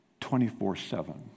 24-7